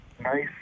nice